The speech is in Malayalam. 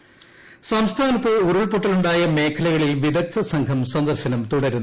പരിശോധന സംസ്ഥാനത്ത് ഉരുൾപ്പൊട്ടലുണ്ടായ മേഖല്പ്കളിൽ വിദഗ്ദ്ധ സംഘം സന്ദർശനം തുടരുന്നു